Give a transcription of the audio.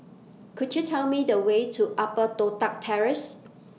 Could YOU Tell Me The Way to Upper Toh Tuck Terrace